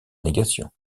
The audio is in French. négation